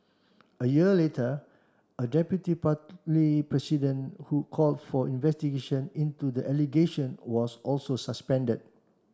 a year later a deputy party president who called for investigations into the allegation was also suspended